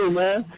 man